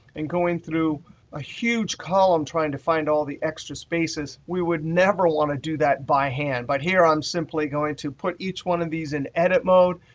and going through a huge column trying to find all the extra spaces, we would never want to do that by hand. but here, i'm simply going to put each one of these in edit mode.